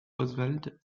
oswald